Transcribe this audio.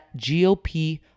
GOP